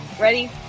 ready